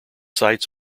sites